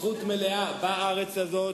זכות מלאה בארץ הזאת,